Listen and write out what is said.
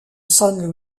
san